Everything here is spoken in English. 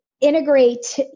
integrate